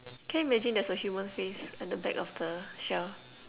can you imagine there's a human face at the back of the shell